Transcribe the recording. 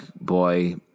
boy